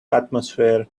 atmosphere